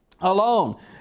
alone